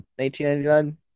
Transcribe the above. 1999